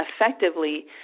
effectively